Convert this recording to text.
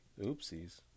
oopsies